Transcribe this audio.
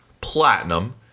Platinum